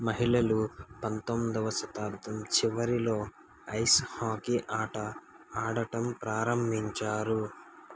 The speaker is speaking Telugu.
మహిళలు పంతొమ్మిదవ శతాబ్దం చివరిలో ఐస్ హాకీ ఆట ఆడటం ప్రారంభించారు